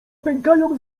pękają